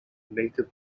native